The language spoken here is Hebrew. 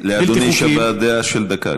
לאדוני יש הבעת דעה של דקה,